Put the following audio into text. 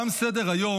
תם סדר-היום.